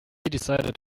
decided